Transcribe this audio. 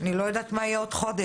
אני לא יודעת מה יהיה עוד חודש.